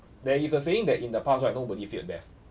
there is a saying that in the past right nobody feared death